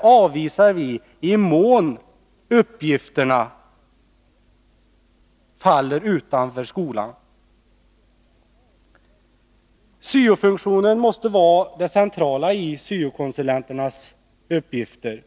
avvisar vi i den mån uppgifterna faller utanför skolan. Syo-funktionen måste vara det centrala i syo-konsulenternas uppgifter.